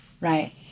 Right